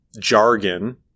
jargon